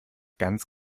ganz